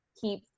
keep